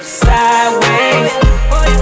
sideways